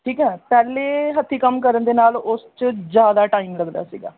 ਠੀਕ ਹੈ ਪਹਿਲੇ ਹੱਥੀਂ ਕੰਮ ਕਰਨ ਦੇ ਨਾਲ ਉਸ 'ਚ ਜ਼ਿਆਦਾ ਟਾਈਮ ਲੱਗਦਾ ਸੀਗਾ